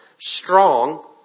strong